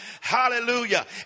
Hallelujah